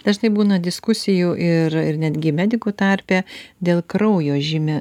dažnai būna diskusijų ir ir netgi medikų tarpe dėl kraujo žyme